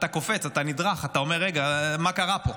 אתה קופץ, אתה נדרך, אתה אומר: רגע, מה קרה פה?